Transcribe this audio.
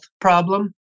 problem